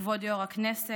כבוד יו"ר הכנסת,